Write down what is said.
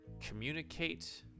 communicate